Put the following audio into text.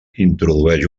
introdueix